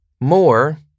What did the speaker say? More